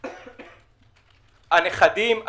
הנכדים,